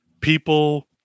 People